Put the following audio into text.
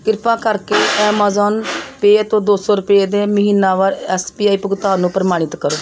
ਕਿਰਪਾ ਕਰਕੇ Amazon Pay ਤੋਂ ਦੋ ਸੌ ਰੁਪਏ ਦੇ ਮਹੀਨਾਵਾਰ ਐਸ ਪੀ ਆਈ ਭੁਗਤਾਨ ਨੂੰ ਪ੍ਰਮਾਣਿਤ ਕਰੋ